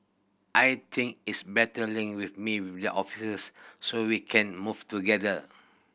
I think it's better link with me officers so we can move together